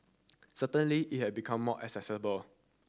certainly it had become more accessible